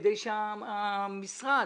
כדי שמשרד